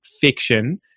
fiction